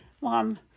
Mom